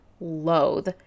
loathe